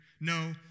No